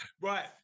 Right